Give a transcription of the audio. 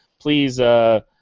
please